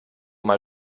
mal